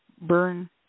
burn